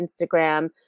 Instagram